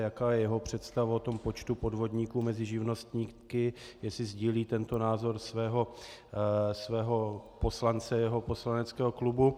Jaká je jeho představa o tom počtu podvodníků mezi živnostníky, jestli sdílí tento názor svého poslance jeho poslaneckého klubu.